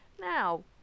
Now